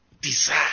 Desire